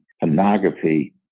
pornography